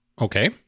Okay